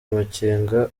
amakenga